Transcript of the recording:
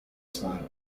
smile